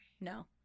No